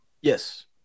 Yes